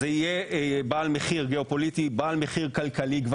זה יהיה בעל מחיר גיאופוליטי, בעל מחיר כלכלי.